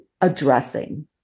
addressing